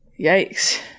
yikes